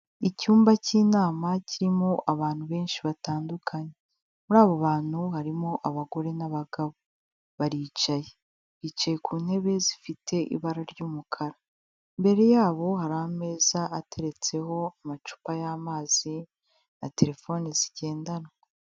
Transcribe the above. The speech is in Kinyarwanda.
Icyumba cy'inama kirimo abantu benshi batandukanye, muri abo bantu harimo abagore n'abagabo, baricaye, bicaye ku ntebe zifite ibara ry'umukara, imbere yabo hari ameza ateretseho amacupa y'amazi na terefoni zigendanwa.